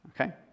Okay